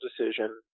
decision